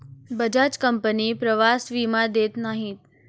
Bajaj company प्रवास विमा देत नाही